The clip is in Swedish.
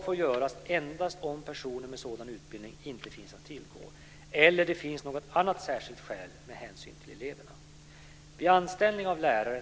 I reformen finns ett antal idéer om vuxnas behov.